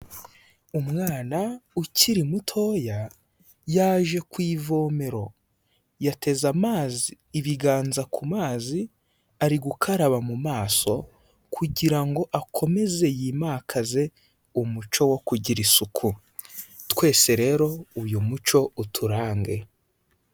Umwana ukiri mutoya, yaje ku ivomero. Yateze amazi ibiganza ku mazi, ari gukaraba mu maso, kugira ngo akomeze yimakaze, umuco wo kugira isuku. Twese rero, uyu muco uturange.